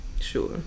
Sure